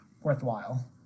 worthwhile